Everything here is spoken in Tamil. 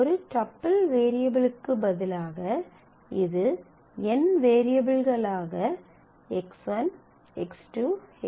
ஒரு டப்பிள் வேரியபிளுக்கு பதிலாக இது n வேரியபிள்களாக x1 x2 x3